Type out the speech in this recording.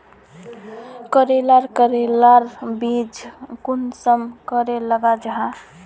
करेला करेलार बीज कुंसम करे लगा जाहा?